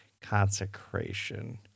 Consecration